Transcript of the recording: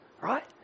right